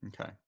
Okay